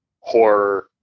horror